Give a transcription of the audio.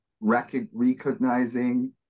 recognizing